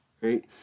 Right